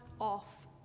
off